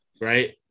right